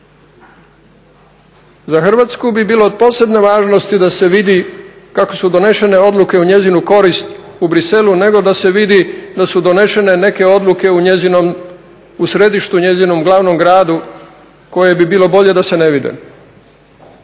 Za Hrvatsku bi bilo od posebne važnosti da se vidi kako su donesene odluke u njezinu korist u Briselu nego da se vidi da su donesene neke odluke u njezinom, u središtu njezinom, glavnom gradu koje bi bilo bolje da se ne vide,